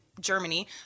Germany